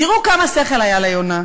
תראו כמה שכל היה ליונה,